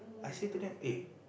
I say to them eh